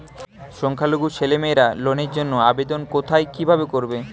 সংখ্যালঘু ছেলেমেয়েরা লোনের জন্য আবেদন কোথায় কিভাবে করবে?